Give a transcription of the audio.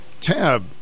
Tab